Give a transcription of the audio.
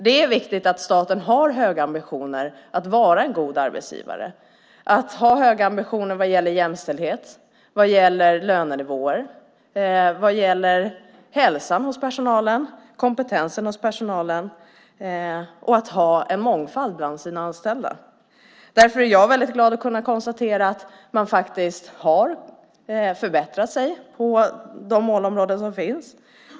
Det är viktigt att staten har höga ambitioner att vara en god arbetsgivare med höga ambitioner för jämställdhet, lönenivåer, hälsa och kompetens hos personalen och när det gäller att ha en mångfald bland sina anställda. Jag är glad att kunna konstatera att man faktiskt har förbättrat sig på de målområden som finns.